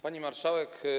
Pani Marszałek!